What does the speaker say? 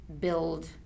build